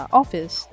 office